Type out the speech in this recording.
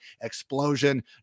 explosion